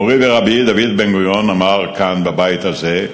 מורי ורבי דוד בן-גוריון אמר כאן, בבית הזה: